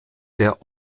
der